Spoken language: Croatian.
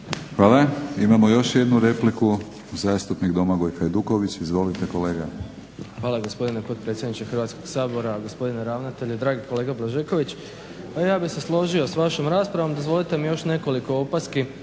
Hvala. Imamo još jednu repliku, zastupnik Domagoj Hajduković. Izvolite kolega. **Hajduković, Domagoj (SDP)** Hvala gospodine potpredsjedniče Hrvatskog sabora, gospodine ravnatelju, dragi kolega Blažeković. Pa ja bih se složio sa vašom raspravom. Dozvolite mi još nekoliko opaski